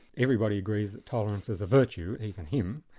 everybody agrees that tolerance is a virtue, even him,